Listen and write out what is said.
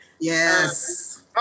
yes